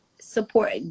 support